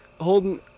Holden